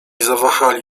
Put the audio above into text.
zawahali